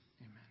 Amen